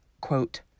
quote